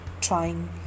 trying